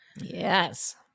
Yes